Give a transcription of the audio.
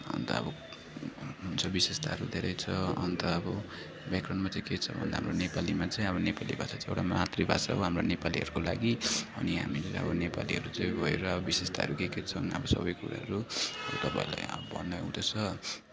अन्त अब हुन्छ विशेषताहरू धेरै छ अन्त अब ब्याकग्राउन्डमा चाहिँ के छ भन्दा हाम्रो नेपालीमा चाहिँ नेपाली भाषा एउटा मातृभाषा हो हामी नेपालीहरूको लागि अनि हामीले अब नेपालीहरू चाहिँ भएर अब विशेषताहरू के के छन् अब सबै कुराहरू अब तपाईँहरूलाई यहाँ भन्न उ त्यो छ